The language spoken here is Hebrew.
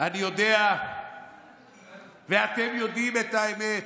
אני יודע ואתם יודעים את האמת: